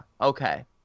okay